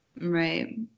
right